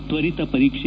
ತ್ವರಿತ ಪರೀಕ್ಷೆ